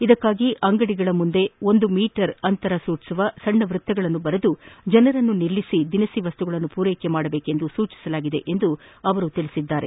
ಇದಕ್ಕಾಗಿ ಅಂಗಡಿಗಳ ಮುಂದೆ ಒಂದು ಮೀಟರ್ ಅಂತರ ಸೂಚಿಸುವ ಸಣ್ಣ ವೃತ್ತಗಳನ್ನು ಬರೆದು ಜನರನ್ನು ನಿಲ್ಲಿಸಿ ದಿನಸಿ ವಸ್ತುಗಳನ್ನು ಪೂರೈಸುವಂತೆ ಸೂಚಿಸಲಾಗಿದೆ ಎಂದು ಅವರು ತಿಳಿಸಿದರು